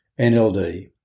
NLD